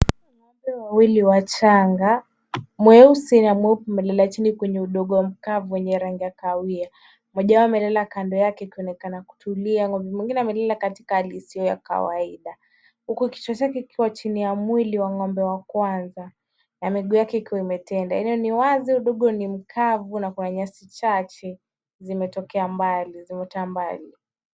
Hawa ni ng'ombe wawili wachanga, mweusi na mweupe wamelala chini kwenye udongo mkavu wenye rangi ya kahawia. Mmoja wao amelala kando yake akionekana kutulia. Ng'ombe mwingine amelala katika hali isiyo ya kawaida huku kichwa chake kikiwa chini ya mwili wa ng'ombe wa kwanza na miguu yake ikiwa imetenda eneo ni wazi udongo ni mkavu na kuna nyasi chache zimetokea mbali, zimeota mbali.